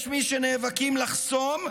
יש מי שנאבקים לחסום,